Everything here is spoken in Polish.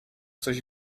coś